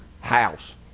house